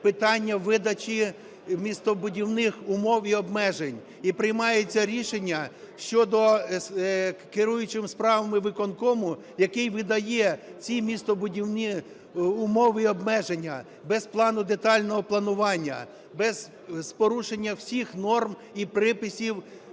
питання видачі містобудівних умов і обмежень. І приймається рішення щодо, керуючим справами виконкому, який видає ці містобудівні умови і обмеження без плану детального планування, з порушенням всіх норм і приписів